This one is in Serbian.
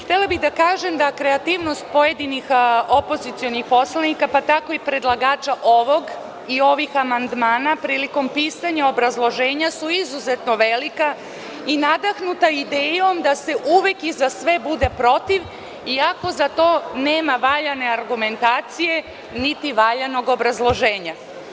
Htela bih da kažem da kreativnost pojedinih opozicionih poslanika, pa tako i predlagača ovog i ovih amandmana prilikom pisanja obrazloženja su izuzetno velika i nadahnuta idejom da se uvek i za sve bude protiv, iako za to nema valjane argumentacije niti valjanog obrazloženja.